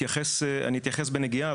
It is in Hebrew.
אני אתייחס בנגיעה,